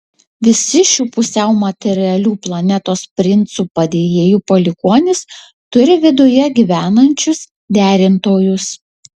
visi šitų pusiau materialių planetos princų padėjėjų palikuonys turi viduje gyvenančius derintojus